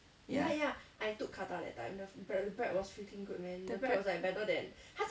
the bread